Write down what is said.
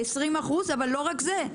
20%. אבל לא רק זה,